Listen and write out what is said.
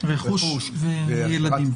רכוש וילדים.